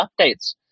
updates